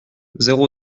zéro